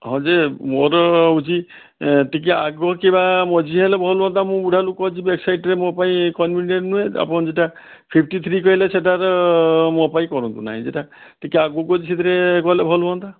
ହଁ ଯେ ମୋର ହେଉଛି ଟିକିଏ ଆଗକୁ କିମ୍ବା ମଝି ହେଲେ ଭଲ ହୁଅନ୍ତା ମୁଁ ବୁଢ଼ା ଲୋକ ଯେ ବ୍ୟାକ୍ ସାଇଡ଼୍ରେ ମୋ ପାଇଁ କନଭିନିଏଣ୍ଟ୍ ନୁହେଁ ତ ଆପଣ ଦୁଇଟା ଫିଫ୍ଟି ଥ୍ରୀ କହିଲେ ସେଟାର ମୋ ପାଇଁ କରନ୍ତୁ ନାହିଁ ସେଇଟା ଟିକିଏ ଆଗକୁ ସେଥିରେ କଲେ ଭଲ ହୁଅନ୍ତା